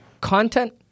Content